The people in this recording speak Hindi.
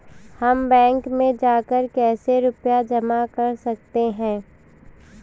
हम बैंक में जाकर कैसे रुपया जमा कर सकते हैं?